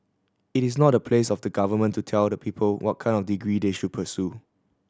it is not the place of the Government to tell the people what kind of degree they should pursue